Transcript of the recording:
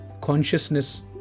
consciousness